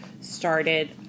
started